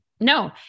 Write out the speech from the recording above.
No